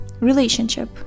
relationship